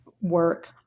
work